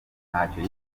ntacyo